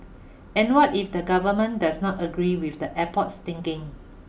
and what if the Government does not agree with the airport's thinking